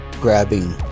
grabbing